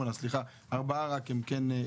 ארבעה רק שהם כן,